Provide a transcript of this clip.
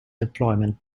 deployment